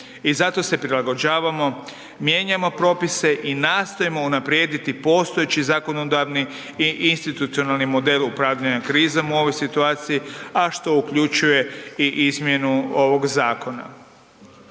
I zato se prilagođavamo, mijenjamo propise i nastojimo unaprijediti postojeći zakonodavni i institucionalni model upravljanja krizom u ovoj situaciji, a što uključuje i izmjenu ovog zakona.